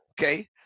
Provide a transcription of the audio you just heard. Okay